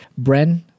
bren